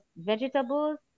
vegetables